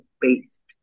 based